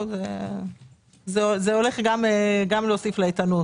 זה הולך גם להוסיף לאיתנות,